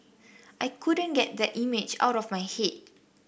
I couldn't get that image out of my head